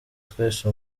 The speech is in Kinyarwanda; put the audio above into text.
twese